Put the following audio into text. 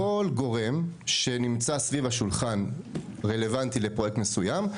כל גורם שנמצא סביב השולחן רלוונטי לפרויקט מסוים,